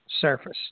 surface